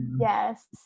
Yes